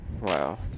wow